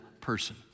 person